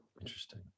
Interesting